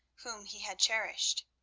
whom he had cherished.